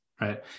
right